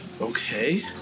Okay